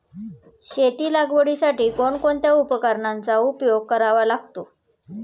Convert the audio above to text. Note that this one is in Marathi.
शेती लागवडीसाठी कोणकोणत्या उपकरणांचा उपयोग करावा लागतो?